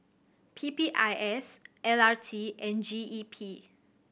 P P I S L R T and G E P